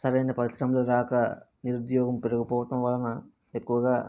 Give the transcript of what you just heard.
సరైన పరిశ్రమలు రాక నిరుద్యోగం పెరిగిపోవటం వలన ఎక్కువగా